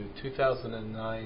2009